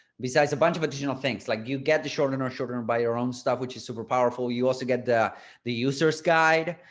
besides a bunch of additional things, like you get the shorter, and shorter and buy your own stuff, which is super powerful. you also get the the user's guide,